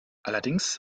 allerdings